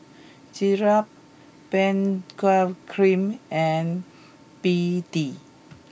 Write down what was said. Ezerra Benzac cream and B D